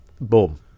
Boom